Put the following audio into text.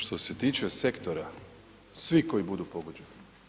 Što se tiče sektora, svi koji budu pogođeni.